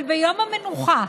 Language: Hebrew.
אבל ביום המנוחה,